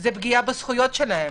וזו פגיעה בזכויות שלהם.